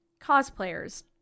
cosplayers